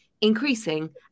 increasing